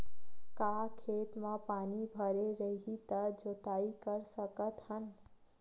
का खेत म पानी भरे रही त जोताई कर सकत हन?